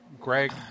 Greg